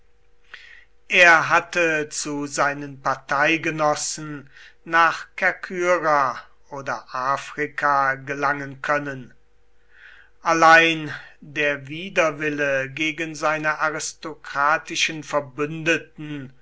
er hätte zu seinen parteigenossen nach kerkyra oder afrika gelangen können allein der widerwille gegen seine aristokratischen verbündeten